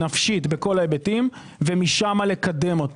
נפשית בכל ההיבטים ומשם לקדמו.